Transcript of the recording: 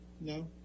no